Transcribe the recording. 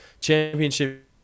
Championship